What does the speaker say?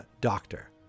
doctor